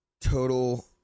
Total